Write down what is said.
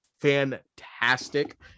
fantastic